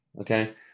Okay